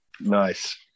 nice